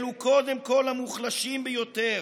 אלו קודם כול המוחלשים ביותר,